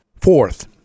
Fourth